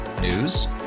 News